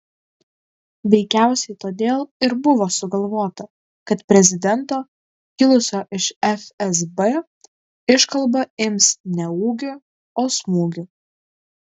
veikiausiai todėl ir buvo sugalvota kad prezidento kilusio iš fsb iškalba ims ne ūgiu o smūgiu